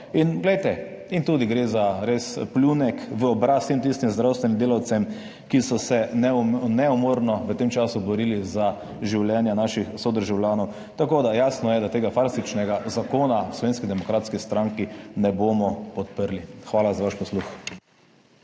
to leto. In tudi gre za res pljunek v obraz vsem tistim zdravstvenim delavcem, ki so se neumorno v tem času borili za življenja naših sodržavljanov. Jasno je, da tega farsičnega zakona v Slovenski demokratski stranki ne bomo podprli. Hvala za vaš posluh.